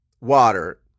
water